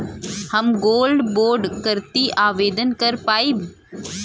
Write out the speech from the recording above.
हम gold bond करती आवेदन कर पाईब?